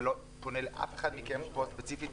זה לא פונה לאף אחד מכם פה ספציפית,